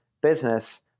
business